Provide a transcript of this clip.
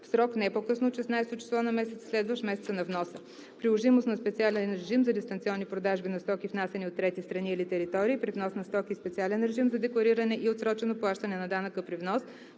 в срок, не по-късно от 16-о число на месеца, следващ месеца на вноса. Приложимост на специален режим за дистанционни продажби на стоки, внасяни от трети страни или територии при внос на стоки и специален режим за деклариране и отсрочено плащане на данъка при внос